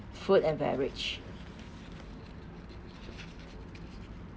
food and beverage